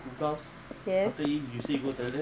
yes